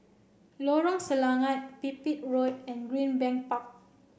Lorong Selangat Pipit Road and Greenbank Park